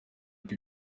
uko